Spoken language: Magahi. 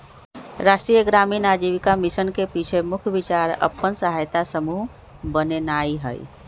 राष्ट्रीय ग्रामीण आजीविका मिशन के पाछे मुख्य विचार अप्पन सहायता समूह बनेनाइ हइ